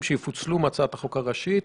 שיפוצלו מהצעת החוק הראשית.